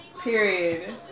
Period